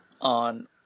on